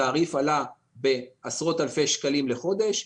התעריף עלה בעשרות אלפי שקלים לחודש,